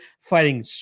fighting